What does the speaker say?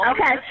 Okay